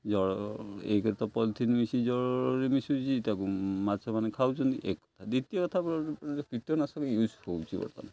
ଜଳ ଏକରେ ତ ପଲିଥିନ ମିଶି ଜଳରେ ମିଶୁଛି ତାକୁ ମାଛମାନେ ଖାଉଛନ୍ତି ଏକଥା ଦ୍ୱିତୀୟ କଥା କୀଟନାଶକ ୟୁଜ ହେଉଛି ବର୍ତ୍ତମାନ